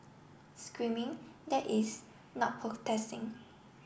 screaming that is not protesting